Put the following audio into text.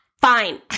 Fine